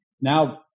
now